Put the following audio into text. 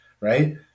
right